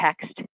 text